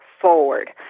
forward